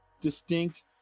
distinct